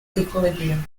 equilibrium